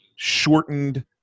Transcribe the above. shortened